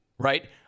right